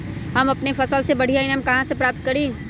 हम अपन फसल से बढ़िया ईनाम कहाँ से प्राप्त करी?